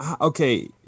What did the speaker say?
okay